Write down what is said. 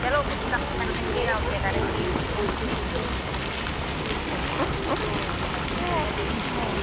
चलो कुछ कम कर देंगे और क्या करेंगे फूल की क्योंकि खिल फूल तो मैं बेचती हूँ